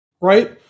Right